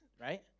right